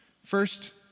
First